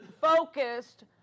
focused